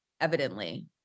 evidently